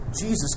Jesus